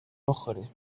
بخوریم